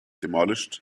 demolished